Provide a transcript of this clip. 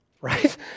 right